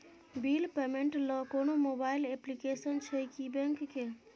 Bill payment ल कोनो mobile application छै की बैंक के?